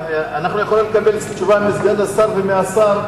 אנחנו יכולים לקבל את התשובה מסגן השר ומהשר.